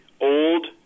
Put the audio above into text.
old